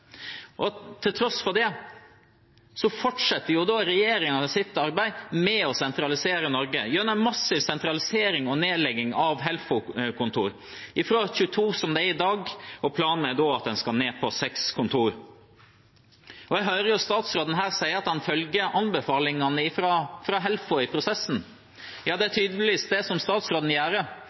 sentralisere. Til tross for det fortsetter regjeringen sitt arbeid med å sentralisere Norge gjennom en massiv sentralisering og nedlegging av Helfo-kontor, fra 22, som det er i dag, til 6 kontor, som det er planen at en skal ned til. Jeg hører statsråden her si at han følger anbefalingene fra Helfo i prosessen. Ja, det er tydeligvis det statsråden gjør – han følger i hvert fall ikke det